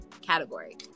category